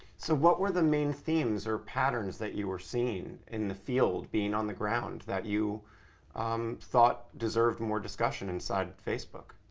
so what were the main themes or patterns that you were seeing in the field being on the ground that you um thought deserved more discussion inside facebook?